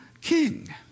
king